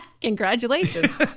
Congratulations